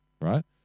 right